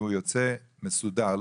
והוא יוצא מסודר.